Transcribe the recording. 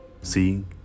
seeing